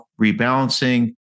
rebalancing